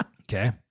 Okay